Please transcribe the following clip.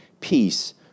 peace